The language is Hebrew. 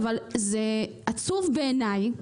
אבל זה עצוב בעיניי,